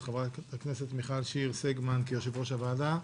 חברת הכנסת מיכל שיר סגמן כיושבת-ראש הוועדה.